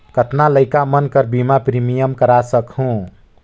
कतना लइका मन कर बीमा प्रीमियम करा सकहुं?